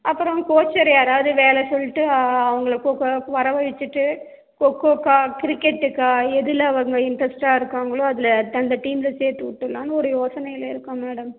அப்பறம் கோச்சர் யாராவது வேலை சொல்லிட்டு அவங்கள வரவழைச்சிட்டு கொக்கோகா கிரிக்கெட்டுகா எதில் அவங்க இன்ட்ரஸ்ட்டாக இருக்காங்களோ அதில் அந்த டீமில் சேர்த்து விட்டுல்லானு ஒரு யோசனையில் இருக்கோம் மேடம்